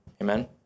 Amen